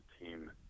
team